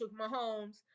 mahomes